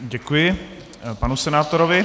Děkuji panu senátorovi.